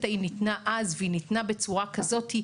ההיא ניתנה אז והיא ניתנה בצורה כזאת,